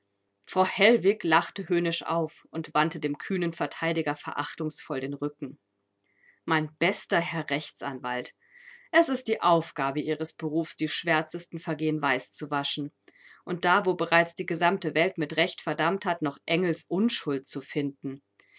frau hellwig lachte höhnisch auf und wandte dem kühnen verteidiger verachtungsvoll den rücken mein bester herr rechtsanwalt es ist die aufgabe ihres berufs die schwärzesten vergehen weiß zu waschen und da wo bereits die gesamte welt mit recht verdammt hat noch engelsunschuld zu finden